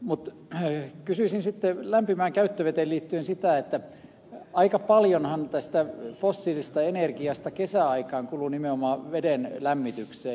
mutta kysyisin lämpimään käyttöveteen liittyen sitä että kun aika paljonhan tästä fossiilisesta energiasta kesäaikaan kuluu nimenomaan veden lämmityksen